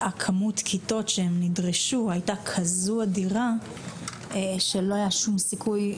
כמות הכיתות שנדרשה הייתה כזו אדירה שלא היה שום סיכוי,